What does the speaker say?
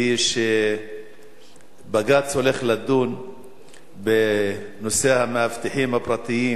היא שבג"ץ הולך לדון בנושא המאבטחים הפרטיים